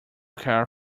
care